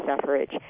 suffrage